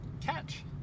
Catch